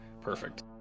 perfect